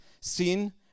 sin